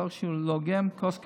תוך שהוא לוגם כוס קפה.